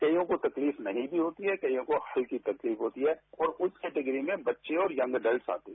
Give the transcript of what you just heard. कइयों को तकलीफ नहीं भी होती है कईयों को हल्की तकलीफ होती है और उस केटगरी में बच्चे और यंग एडल्ट आते हैं